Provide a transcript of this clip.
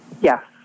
Yes